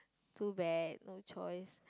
too bad no choice